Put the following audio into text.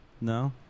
No